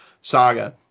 Saga